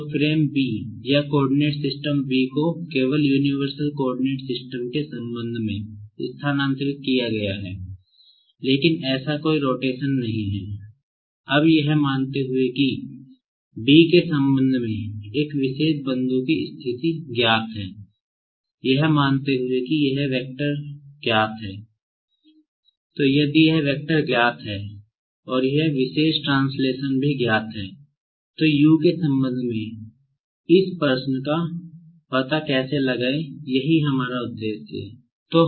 तो frame B या coordinate system भी ज्ञात है तो U के संबंध में इस Q का पता कैसे लगाएं यही हमारा उद्देश्य है